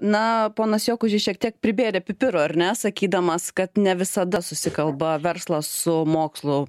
na ponas jokužis šiek tiek pribėrė pipirų ar ne sakydamas kad ne visada susikalba verslas su mokslu